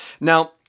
Now